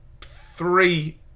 three